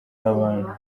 abantu